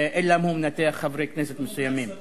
אלא אם כן הוא מנתח חברי כנסת מסוימים.